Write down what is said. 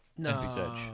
No